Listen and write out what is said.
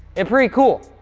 it pretty cool,